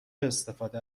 استفاده